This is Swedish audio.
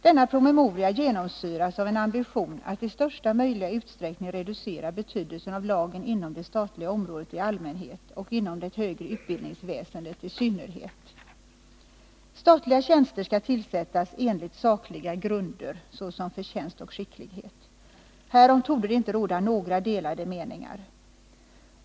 Denna PM genomsyras av en ambition att i största möjliga utsträckning reducera betydelsen av lagen inom det statliga området i allmänhet och inom det högre utbildningsväsendet i synnerhet. Statliga tjänster skall tillsättas enligt sakliga grunder, såsom förtjänst och skicklighet. Härom torde det inte råda några delade meningar.